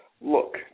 look